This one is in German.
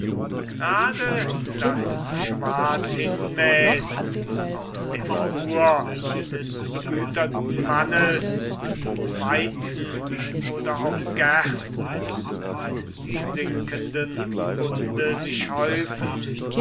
grade das schwad hinmähn auf der flur des begüterten mannes weizen oder auch gerst und die sinkenden bunde sich häufen